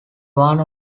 one